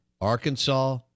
Arkansas